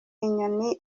inyoni